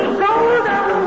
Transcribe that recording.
golden